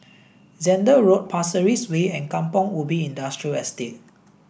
Zehnder Road Pasir Ris Way and Kampong Ubi Industrial Estate